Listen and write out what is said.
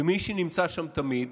מי שנמצא שם תמיד